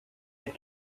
had